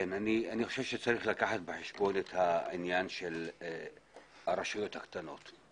אני חושב שצריך לקחת בחשבון את העניין של הרשויות הקטנות.